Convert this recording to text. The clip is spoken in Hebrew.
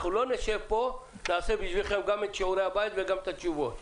אנחנו לא נשב פה ונעשה בשבילכם גם את שיעורי הבית וגם את התשובות.